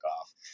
off